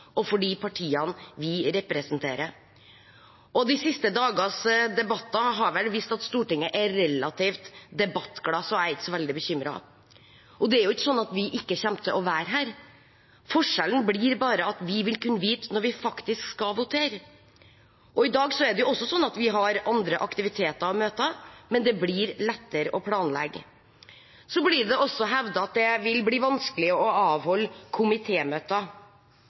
og for de partiene vi representerer. De siste dagers debatter har vel vist at Stortinget er relativt debattglad, så jeg er ikke så veldig bekymret. Og det er jo ikke sånn at vi ikke kommer til å være her. Forskjellen blir bare at vi vil kunne vite når vi faktisk skal votere. I dag er det også sånn at vi har andre aktiviteter og møter, men det blir lettere å planlegge. Så blir det også hevdet at det vil bli vanskelig å avholde